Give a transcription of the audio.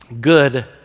good